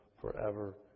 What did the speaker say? forever